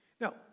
Now